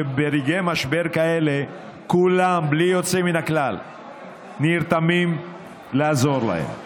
שברגעי משבר כאלה כולם בלי יוצא מן הכלל נרתמים לעזור להם.